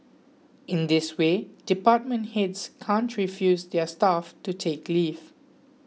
in this way department heads can't refuse their staff to take leave